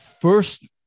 first